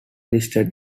listed